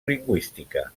lingüística